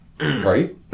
right